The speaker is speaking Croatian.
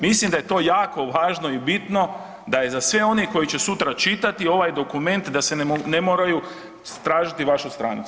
Mislim da je to jako važno i bitno, da je za sve one koji će sutra čitati ovaj dokument da ne moraju tražiti vašu stranicu.